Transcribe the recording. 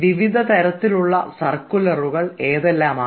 വിവിധ തരത്തിലുള്ള സർക്കുലറുകൾ ഏതെല്ലാമാണ്